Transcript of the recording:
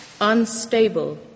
Unstable